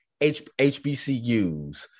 HBCUs